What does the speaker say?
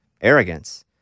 arrogance